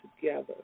together